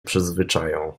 przyzwyczają